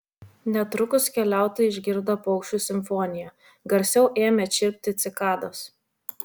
netrukus keliautojai išgirdo paukščių simfoniją garsiau ėmė čirpti cikados